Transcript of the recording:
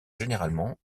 généralement